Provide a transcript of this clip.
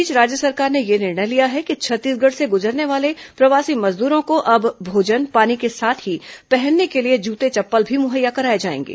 इस बीच राज्य सरकार ने यह निर्णय लिया है कि छत्तीसगढ़ से गुजरने वाले प्रवासी मजदूरों को अब भोजन पानी के साथ ही पहनने के लिए जूते चप्पल भी मुहैया कराए जाएंगे